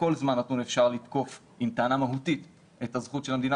בכל זמן נתון אפשר לתקוף עם טענה מהותית את הזכות של המדינה